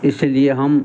इसलिए हम